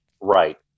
Right